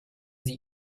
sie